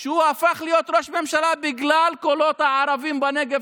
שהוא הפך להיות ראש ממשלה בגלל קולות הערבים בנגב,